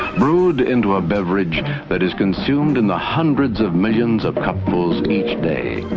brewed into a beverage that is consumed in the hundreds of millions of cupfuls each day.